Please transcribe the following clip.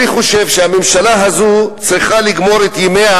אני חושב שהממשלה הזו צריכה לגמור את ימיה